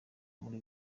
muri